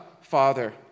Father